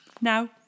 now